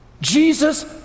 Jesus